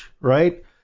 Right